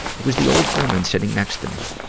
it was the old woman sitting next to me.